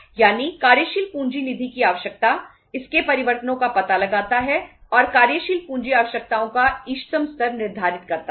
यानी कार्यशील पूंजी निधि की आवश्यकता इसके परिवर्तनों का पता लगाता है और कार्यशील पूंजी आवश्यकताओं का इष्टतम स्तर निर्धारित करता है